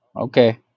okay